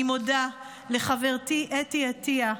אני מודה לחברתי אתי עטייה,